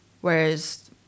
whereas